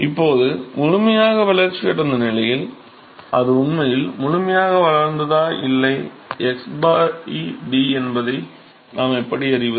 இப்போது முழுமையாக வளர்ச்சியடைந்த நிலையில் அது உண்மையில் முழுமையாக வளர்ந்ததா இல்லை x d என்பதை நாம் எப்படி அறிவது